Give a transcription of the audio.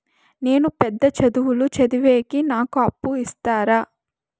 నేను పెద్ద చదువులు చదివేకి నాకు అప్పు ఇస్తారా